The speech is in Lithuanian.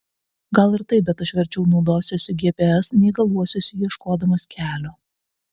gal ir taip bet aš verčiau naudosiuosi gps nei galuosiuosi ieškodamas kelio